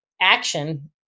action